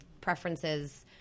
preferences